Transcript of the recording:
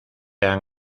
han